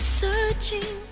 searching